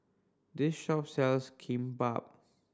this shop sells Kimbap